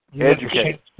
Educate